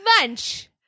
lunch